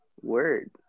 Word